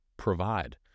provide